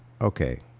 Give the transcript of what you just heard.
Okay